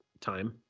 time